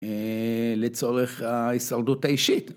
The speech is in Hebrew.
לצורך ההישרדות האישית.